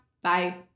Bye